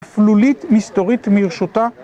אפלולית, מסתורית, מרשותה.